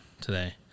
today